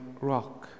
rock